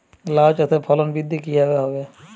লাউ চাষের ফলন বৃদ্ধি কিভাবে হবে?